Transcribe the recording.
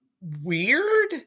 weird